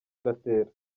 gatera